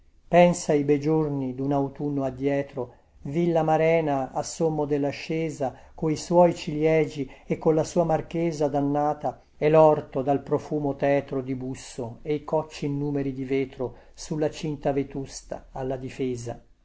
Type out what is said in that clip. pensa i bei giorni dun autunno addietro villamarena a sommo dellascesa coi suoi ciliegi e con la sua marchesa dannata e l'orto dal profumo tetro di busso e i cocci innumeri di vetro sulla cinta vetusta alla difesa